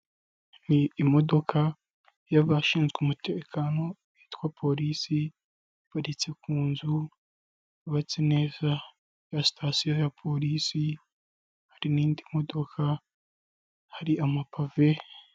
Ni imodoka y'abashinzwe umutekano witwa polisi paritse ku nzu yubatse neza ya sitasiyo ya polisi hari n'indi modoka hari amapave.